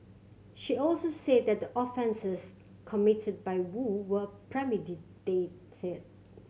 she also said that the offences committed by Woo were premeditated